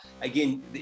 again